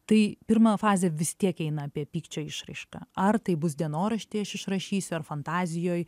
tai pirma fazė vis tiek eina apie pykčio išraišką ar tai bus dienorašty aš išrašysiu ar fantazijoj